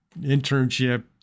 internship